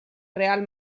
real